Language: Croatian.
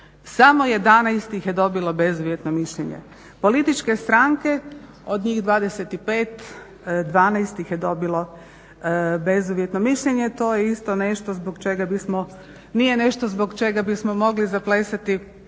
samo 11 ih je dobilo bezuvjetno mišljenje. Političke stranke, od njih 25, 12 ih je dobilo bezuvjetno mišljenje. To je isto nešto zbog čega bismo, nije nešto